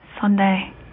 Sunday